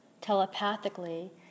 telepathically